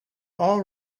all